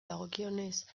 dagokionez